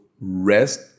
rest